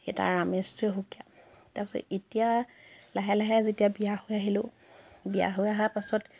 সেই তাৰ আমেজটোৱে সুকীয়া তাৰপাছত এতিয়া লাহে লাহে যেতিয়া বিয়া হৈ আহিলোঁ বিয়া হৈ অহাৰ পাছত